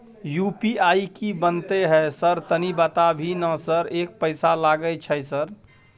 UPI की बनते है सर तनी बता भी ना सर एक पैसा लागे छै सर?